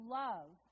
love